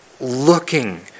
looking